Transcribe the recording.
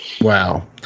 wow